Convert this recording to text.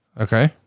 Okay